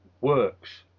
works